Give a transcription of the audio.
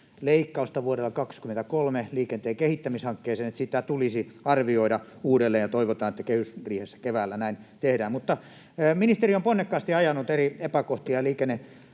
leikkausta vuodelle 23 liikenteen kehittämishankkeisiin tulisi arvioida uudelleen, ja toivotaan, että kehysriihessä keväällä näin tehdään. Ministeri on ponnekkaasti ajanut eri epäkohtia